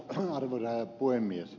arvoisa herra puhemies